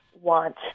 want